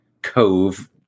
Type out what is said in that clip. cove